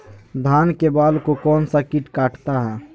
धान के बाल को कौन सा किट काटता है?